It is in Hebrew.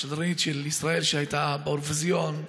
השדרנית של ישראל שהייתה באירוויזיון,